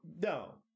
No